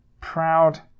proud